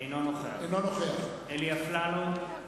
אינו נוכח אלי אפללו,